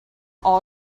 all